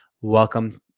Welcome